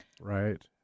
right